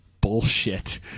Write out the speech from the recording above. bullshit